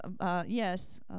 yes